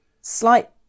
slight